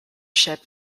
ship